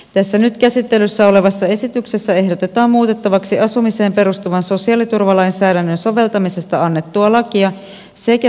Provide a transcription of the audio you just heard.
tässä nyt käsittelyssä olevassa esityksessä ehdotetaan muutettavaksi asumiseen perustuvan sosiaaliturvalainsäädännön soveltamisesta annettua lakia sekä sairausvakuutuslakia